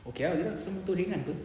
okay ah cause motor ringan [pe]